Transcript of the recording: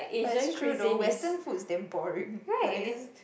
but it is true though western food is damn boring